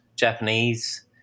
Japanese